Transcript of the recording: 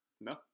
No